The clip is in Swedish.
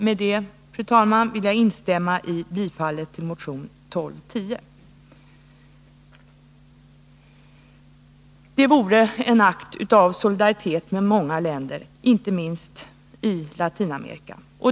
Med det, fru talman, vill jag instämma i yrkandet om bifall till motion 1210. Ett bifall till den motionen vore en akt av solidaritet med många länder, inte minst i Latinamerika.